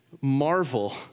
marvel